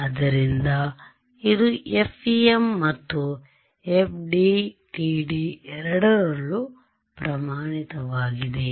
ಆದ್ದರಿಂದ ಇದು FEM ಮತ್ತು FDTD ಎರಡರಲ್ಲೂ ಪ್ರಮಾಣಿತವಾಗಿದೆ